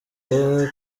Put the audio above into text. biba